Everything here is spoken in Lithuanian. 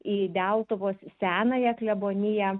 į deltuvos senąją kleboniją